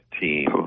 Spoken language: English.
team